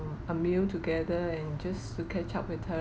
a meal together and just to catch up with her